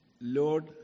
Lord